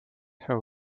her